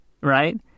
right